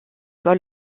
soit